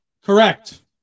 Correct